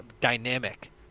dynamic